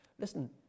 Listen